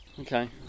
Okay